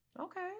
Okay